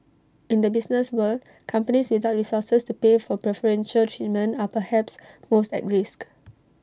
in the business world companies without resources to pay for preferential treatment are perhaps most at risk